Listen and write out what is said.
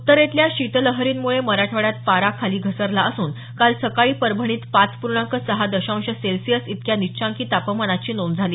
उत्तरेतल्या शीत लहरीमुळे मराठवाड्यात पारा खाली घसरला असून काल सकाळी परभणीत पाच पूर्णांक सहा दशांश सेल्सियस इतक्या निचांकी तापमानाची नोंद झाली